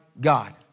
God